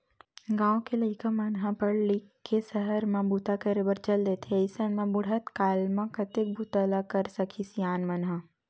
गाँव के लइका मन ह पड़ लिख के सहर म बूता करे बर चल देथे अइसन म बुड़हत काल म कतेक बूता ल करे सकही सियान मन ह